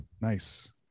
Nice